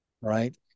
right